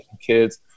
kids